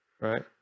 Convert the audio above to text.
right